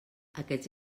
aquests